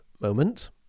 moment